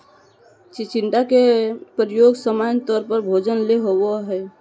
चिचिण्डा के प्रयोग सामान्य तौर पर भोजन ले होबो हइ